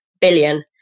billion